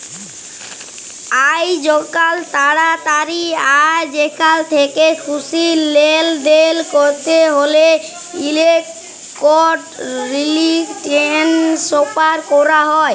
আইজকাল তাড়াতাড়ি আর যেখাল থ্যাকে খুশি লেলদেল ক্যরতে হ্যলে ইলেকটরলিক টেনেসফার ক্যরা হয়